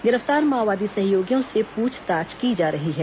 गिरफ्तार माओवादी सहयोगियों से पूछताछ की जा रही है